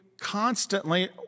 constantly